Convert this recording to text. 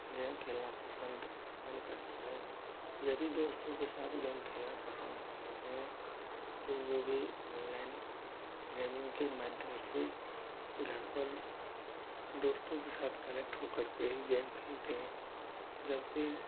game खेलना पसंद कम करते हैं यदि दोस्तों के साथ गेम खेलना पसंद करते हैं तो वह भी ऑनलाइन गेमिंग के माध्यम से घर पर दोस्तों के साथ कनेक्ट होकर के ही गेम खेलते हैं जबकि